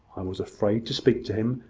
was afraid to speak to him,